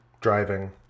driving